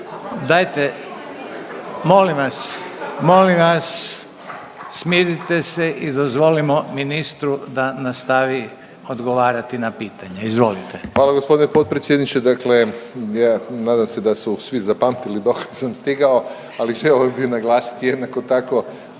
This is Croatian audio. Dajte, molim vas, molim vas, smirite se i dozvolimo ministru da nastavi odgovarati na pitanja. Izvolite./… Hvala g. potpredsjedniče, dakle nadam se da su svi zapamtili dokle sam stigao, ali želio bi naglasiti jednako tako